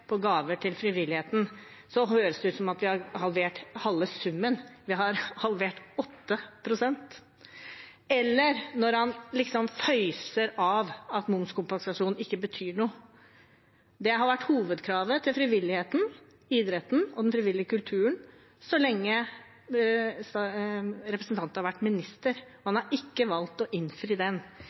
på gaver til frivilligheten, høres det ut som om vi har halvert halve summen. Vi har halvert 8 pst. Så føyser han av momskompensasjon og sier at den ikke betyr noe. Den har vært hovedkravet til frivilligheten – idretten og den frivillige kulturen – så lenge representanten har vært statsråd. Han har valgt ikke å innfri den.